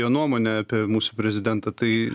jo nuomonė apie mūsų prezidentą tai